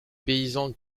paysan